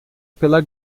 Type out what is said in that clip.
pela